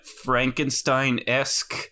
Frankenstein-esque